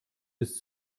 ist